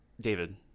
David